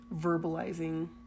verbalizing